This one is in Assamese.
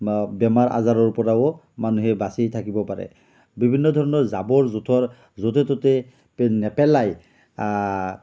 বেমাৰ আজাৰৰ পৰাও মানুহে বাচি থাকিব পাৰে বিভিন্ন ধৰণৰ জাবৰ জোথৰ য'তে ত'তে নেপেলায়